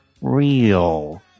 real